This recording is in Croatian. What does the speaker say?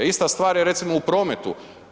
Ista stvar je recimo u prometu.